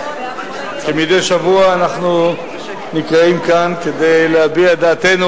כמדי שבוע אנחנו נקראים כאן כדי להביע את דעתנו